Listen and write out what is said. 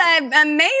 amazing